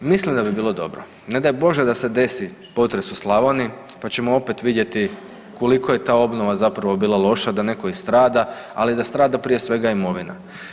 Mislim da bi bilo dobro, ne daj Bože da se desi potres u Slavoniji, pa ćemo opet vidjeti koliko je ta obnova zapravo bila loša da netko i strada, ali da strada prije svega imovina.